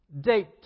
date